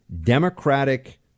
democratic